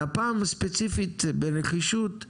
והפעם, ספציפית בנחישות,